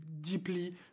deeply